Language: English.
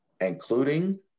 including